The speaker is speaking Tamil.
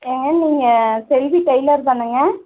ஏங்க நீங்கள் செஞ்சி டைலர் தானங்க